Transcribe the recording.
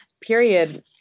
period